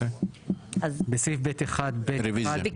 בסעיף (ב1)(א) בסופו